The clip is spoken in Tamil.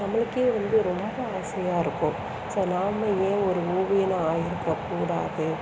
நம்மளுக்கே வந்து ரொம்ப ஆசையாயிருக்கும் சரி நாமளும் ஏன் ஒரு ஓவியனாக ஆகியிருக்க கூடாது